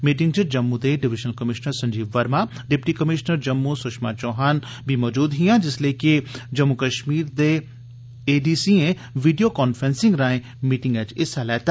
meeting च जम्मू दे divisional commissioner Sanjeev Verma deputy commissioner Jammu Sushma Chauhan बी मजूद हियां जिसलै के जम्मू कष्मीर दे एडीसीएं वीडियो कांफ्रेंसिंग राएं मीटिंग च हिस्सा लैता